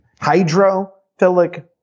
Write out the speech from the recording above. Hydrophilic